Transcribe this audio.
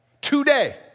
Today